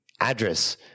address